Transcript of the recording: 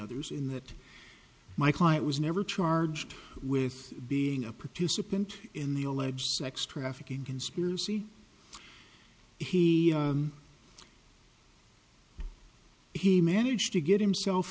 others in that my client was never charged with being a participant in the alleged sex trafficking conspiracy he he managed to get himself